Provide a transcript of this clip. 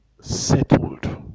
settled